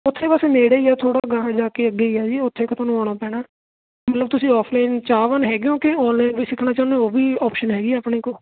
ਉੱਥੇ ਬਸ ਨੇੜੇ ਹੀ ਆ ਥੋੜ੍ਹਾ ਗਾਂਹ ਜਾ ਕੇ ਅੱਗੇ ਹੀ ਆ ਜੀ ਉੱਥੇ ਕੁ ਤੁਹਾਨੂੰ ਆਉਣਾ ਪੈਣਾ ਮਤਲਬ ਤੁਸੀਂ ਆਫਲਾਈਨ ਚਾਹਵਾਨ ਹੈਗੇ ਹੋ ਕਿ ਔਨਲਾਈਨ ਵੀ ਸਿੱਖਣਾ ਚਾਹੁੰਦੇ ਹੋ ਉਹ ਵੀ ਓਪਸ਼ਨ ਹੈਗੀ ਆ ਆਪਣੇ ਕੋਲ